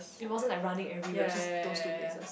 it wasn't like running everywhere it was just those two places